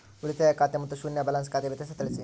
ಉಳಿತಾಯ ಖಾತೆ ಮತ್ತೆ ಶೂನ್ಯ ಬ್ಯಾಲೆನ್ಸ್ ಖಾತೆ ವ್ಯತ್ಯಾಸ ತಿಳಿಸಿ?